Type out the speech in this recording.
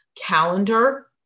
calendar